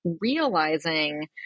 realizing